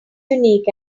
unique